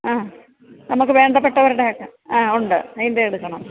ആ നമുക്ക് വേണ്ടപ്പെട്ടവരുടെയൊക്കെ ആ ഉണ്ട് അതിൻ്റെ എടുക്കണം